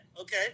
Okay